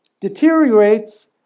deteriorates